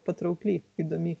patraukli įdomi